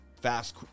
fast